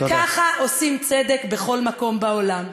ככה עושים צדק בכל מקום בעולם.